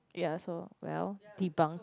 ya so well debunked